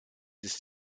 ist